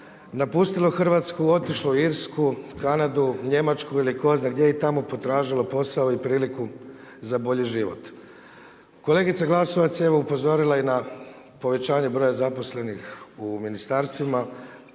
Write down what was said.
napustilo Hrvatsku, otišlo u Irsku, Kanadu, Njemačku ili tko zna gdje i tamo potražila posao i priliku za bolji život. Kolegica Glasovac je evo upozorila na povećanje broja zaposlenih u ministarstvima,